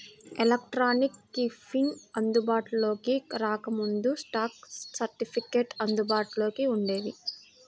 electronic keeping అందుబాటులోకి రాకముందు, stock సర్టిఫికెట్లు అందుబాటులో వుండేవి